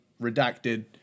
redacted